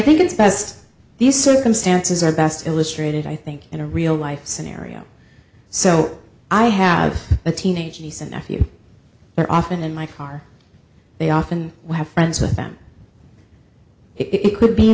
think it's best these circumstances are best illustrated i think in a real life scenario so i have a teenager nice and nephew there often in my car they often have friends with them it could be